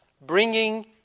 bringing